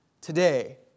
today